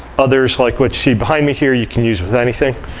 others, like what you see behind me here, you can use with anything.